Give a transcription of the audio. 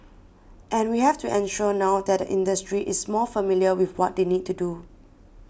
and we have to ensure now that the industry is more familiar with what they need to do